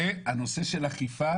הנושא של אכיפה